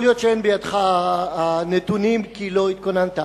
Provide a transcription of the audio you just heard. יכול להיות שאין בידך הנתונים, כי לא התכוננת.